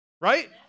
Right